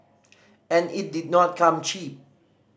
and it did not come cheap